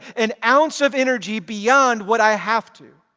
an ounce of energy, beyond what i have to.